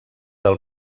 del